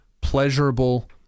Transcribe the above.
pleasurable